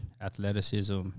athleticism